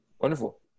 wonderful